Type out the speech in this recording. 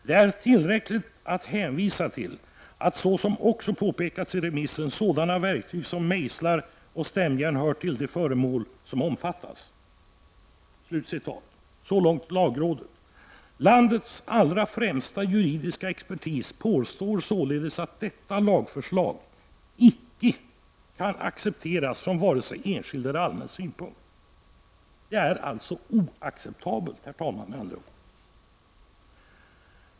Det är tillräckligt att hänvisa till att, såsom också påpekats i remissen, sådana verktyg som mejslar och stämjärn hör till de föremål som omfattas”. — Så långt lagrådet. Landets allra främsta juridiska expertis påstår således att detta lagförslag icke kan accepteras från vare sig enskild eller allmän synpunkt. Det är med andra ord oacceptabelt, herr talman.